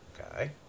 Okay